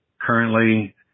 currently